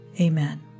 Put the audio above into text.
Amen